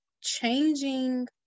changing